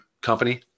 company